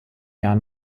jahr